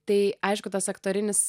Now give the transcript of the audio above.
tai aišku tas aktorinis